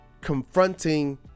confronting